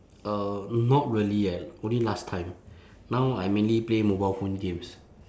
uh not really eh only last time now I mainly play mobile phone games